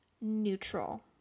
neutral